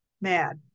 mad